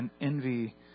envy